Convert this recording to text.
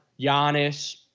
Giannis